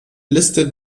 liste